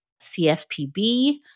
CFPB